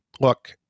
look